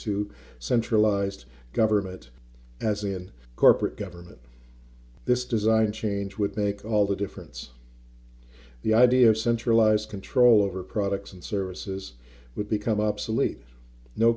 to centralized government as in corporate government this design change would make all the difference the idea of centralized control over products and services would become obsolete no